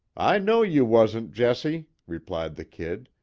i know you wasn't, jesse, replied the kid.